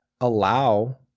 allow